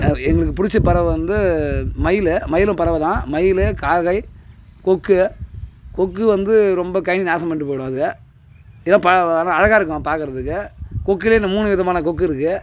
எங்களுக்கு பிடித்த பறவை வந்து மயில் மயிலும் பறவை தான் மயில் காக்கை கொக்கு கொக்கு வந்து ரொம்ப கழனி நாசம் பண்ணிவிட்டு போயிடும் அது ஏன்னால் ஆனால் அழகாக இருக்கும் பார்க்கறதுக்கு கொக்கில் இந்த மூணு விதமான கொக்கு இருக்குது